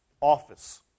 office